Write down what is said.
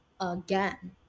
again